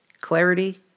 Clarity